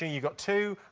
you got two,